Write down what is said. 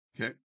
Okay